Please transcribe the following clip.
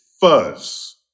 Fuzz